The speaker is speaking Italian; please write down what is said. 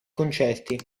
concerti